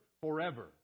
forever